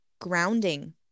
grounding